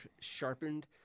sharpened